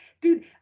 Dude